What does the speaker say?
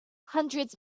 hundreds